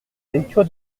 lecture